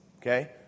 Okay